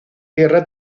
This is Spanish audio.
tierra